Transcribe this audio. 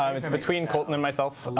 um it's between colton and myself.